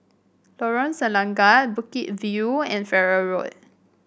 Lorong Selangat Bukit View and Farrer Road